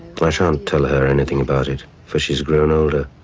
but i shan't tell her anything about it, for she's grown older.